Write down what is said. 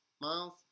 Miles